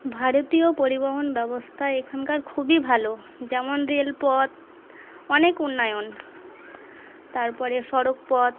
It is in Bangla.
ভারতীয় পরিবহন ব্যবস্থা এখানকার খুবই ভালো যেমন রেলপথ অনেক উন্নয়ন তারপরে সড়কপথ